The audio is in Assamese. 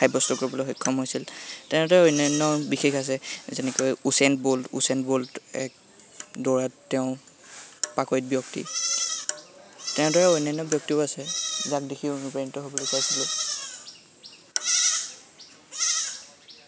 সাব্যস্ত কৰিবলৈ সক্ষম হৈছিল তেনেদৰে অন্যান্য বিশেষ আছে যেনেকৈ উচেন বল্ড উচেন বল্ড এক দৌৰাত তেওঁ পাকৈত ব্যক্তি তেনেদৰে অন্যান্য ব্যক্তিও আছে যাক দেখি অনুপ্ৰাণিত হ'বলৈ পাইছিলোঁ